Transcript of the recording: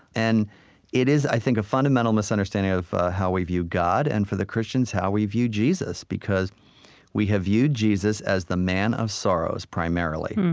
and it is, i think, a fundamental misunderstanding of how we view god, and for the christians, how we view jesus. because we have viewed jesus as the man of sorrows, primarily.